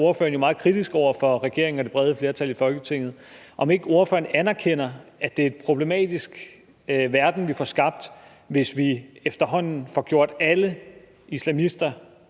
ordføreren jo meget kritisk over for regeringen og det brede flertal i Folketinget – om ikke ordføreren anerkender, at det er en problematisk verden, vi får skabt, hvis vi efterhånden får gjort alle islamister